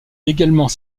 également